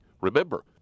Remember